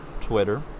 Twitter